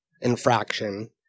infraction